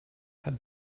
had